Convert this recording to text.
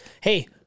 Hey